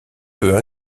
peut